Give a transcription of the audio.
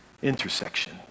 intersection